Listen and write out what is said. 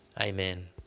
Amen